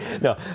no